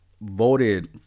voted